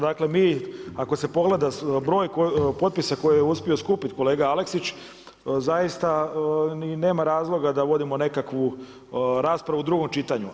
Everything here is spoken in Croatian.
Dakle, mi ako se pogleda broj potpisa koje je uspio skupiti kolega Aleksić zaista ni nema razloga da vodimo nekakvu raspravu u drugom čitanju.